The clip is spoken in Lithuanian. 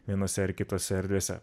vienose ar kitose erdvėse